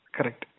Correct